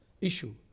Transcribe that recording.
issue